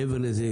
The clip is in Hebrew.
מעבר לזה,